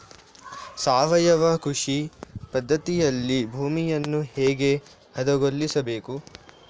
ಸಾವಯವ ಕೃಷಿ ಪದ್ಧತಿಯಲ್ಲಿ ಭೂಮಿಯನ್ನು ಹೇಗೆ ಹದಗೊಳಿಸಬೇಕು?